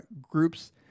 groups